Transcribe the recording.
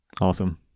awesome